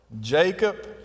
Jacob